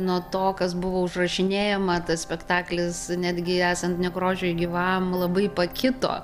nuo to kas buvo užrašinėjama tas spektaklis netgi esant nekrošiui gyvam labai pakito